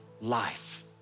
life